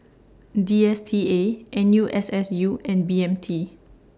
D S T A N U S S U and B M T